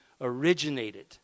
originated